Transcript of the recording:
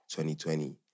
2020